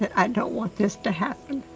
i don't want this to happen.